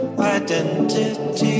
identity